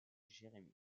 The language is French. jérémy